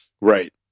Right